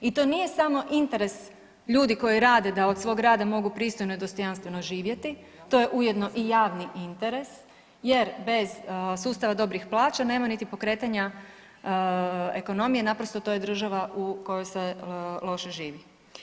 I to nije samo interes ljudi koji rade da od svog rada mogu pristojno i dostojanstveno živjeti, to je ujedno i javni interes jer bez sustava dobrih plaća nema niti pokretanja ekonomije naprosto to je država u kojoj se loše živi.